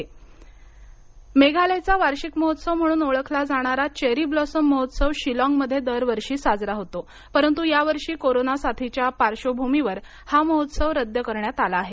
cherry blossom मेघालयचा वार्षिक महोत्सव म्हणून ओळखला जाणारा चेरी ब्लॉसम महोत्सव शिलाँगमध्ये दरवर्षी साजरा होतो परंतु यावर्षी कोरोना साथीच्या पार्श्वभूमीवर हा महोत्सव रद्द करण्यात आला आहे